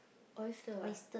oyster ah